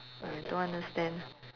I don't understand